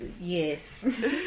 Yes